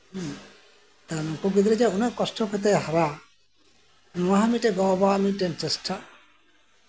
ᱦᱮᱸ ᱱᱩᱠᱩ ᱜᱤᱫᱽᱨᱟᱹ ᱚᱱᱮ ᱡᱮ ᱩᱱᱟᱹᱜ ᱠᱚᱥᱴᱚ ᱠᱟᱛᱮᱜ ᱦᱟᱨᱟ ᱱᱚᱣᱟ ᱦᱚᱸ ᱢᱤᱫᱴᱮᱱ ᱜᱚ ᱵᱟᱵᱟᱣᱟᱜ ᱪᱮᱥᱴᱟ